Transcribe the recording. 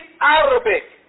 Arabic